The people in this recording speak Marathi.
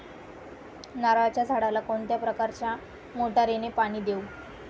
नारळाच्या झाडाला कोणत्या प्रकारच्या मोटारीने पाणी देऊ?